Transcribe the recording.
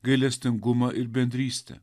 gailestingumą ir bendrystę